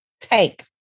Take